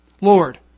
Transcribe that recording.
Lord